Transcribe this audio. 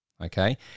okay